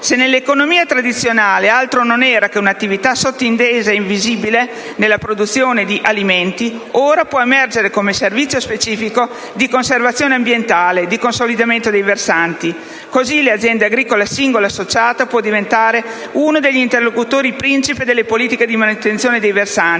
se nell'economia tradizionale altro non era che un'attività sottintesa e invisibile della produzione di alimenti, ora può emergere come servizio specifico di conservazione ambientale, di consolidamento dei versanti; così l'azienda agricola, singola o associata, può diventare uno degli interlocutori principe delle politiche di manutenzione dei versanti,